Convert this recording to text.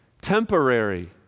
temporary